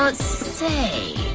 ah say,